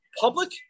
public